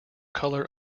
colour